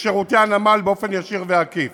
בשירותי הנמל באופן ישיר ועקיף.